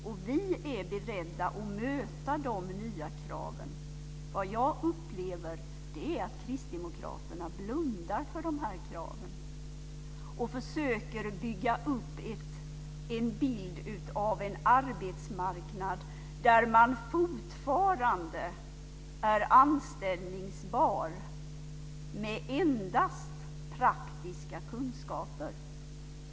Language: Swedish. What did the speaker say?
Och vi är beredda att möta de nya kraven. Vad jag upplever är att kristdemokraterna blundar för dessa krav och försöker bygga upp en bild av en arbetsmarknad där man fortfarande är anställningsbar med endast praktiska kunskaper.